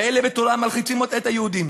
ואלה בתורם מלחיצים את היהודים.